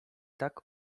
tak